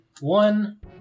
one